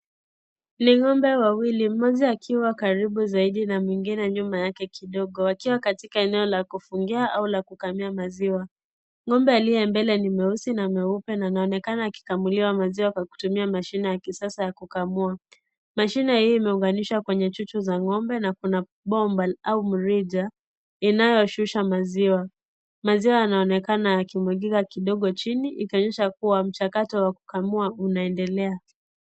Ni ng'ombe wawili mmoja akiwa karibu zaidi na mwingine nyuma yake kidogo wakiwa katika eneo la kufungia au la kukamia maziwa ng'ombe aliye mbele ni mweusi na mweupe anaonekana akikamuliwa maziwa na mashine yaki Sasa ya kukamua mashine hii imeunganishwa kwenye chuchu za ng'ombe na Kuna bomba au mrija inayoshusha maziwa maziwa yanaonekana yakimwagika kidogo chini ikionyesha kuwa mchakato wa kukamua unaendelea.